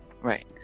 Right